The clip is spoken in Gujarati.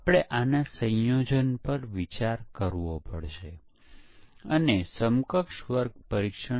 આપણે ચકાસીએ છીએ કે ઉત્પાદન તેના પાછલા તબક્કાને અનુરૂપ છે કે કેમ પણ તેની ચકાસણી કેવી રીતે કરી શકાય છે